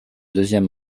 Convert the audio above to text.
deuxième